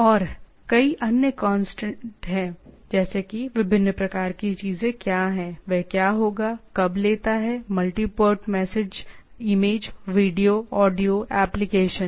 और कई अन्य कांस्टेंट हैं जैसे कि विभिन्न प्रकार की चीजें क्या हैं वहां क्या होगा कब लेता है multi part message image video audio application